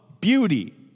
beauty